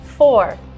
Four